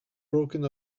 broken